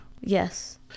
Yes